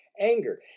anger